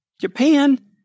Japan